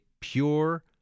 pure